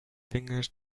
fingers